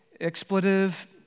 expletive